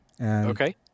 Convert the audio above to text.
Okay